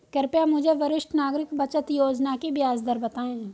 कृपया मुझे वरिष्ठ नागरिक बचत योजना की ब्याज दर बताएं